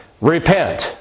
Repent